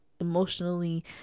emotionally